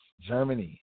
Germany